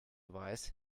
weiß